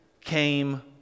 came